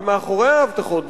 אבל מאחורי ההבטחות,